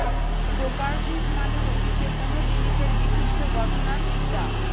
properties মানে হতিছে কোনো জিনিসের বিশিষ্ট গঠন আর বিদ্যা